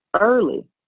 early